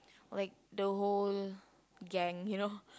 like the whole gang you know